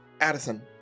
Addison